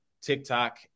TikTok